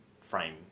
frame